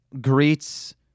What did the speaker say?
greets